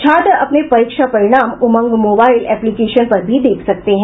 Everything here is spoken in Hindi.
छात्र अपने परीक्षा परिणाम उमंग मोबाइल एप्लीकेशन पर भी देख सकते हैं